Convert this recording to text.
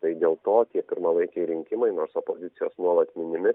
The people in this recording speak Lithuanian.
tai dėl to tie pirmalaikiai rinkimai nors opozicijos nuolat minimi